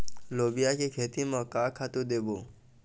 लोबिया के खेती म का खातू देबो?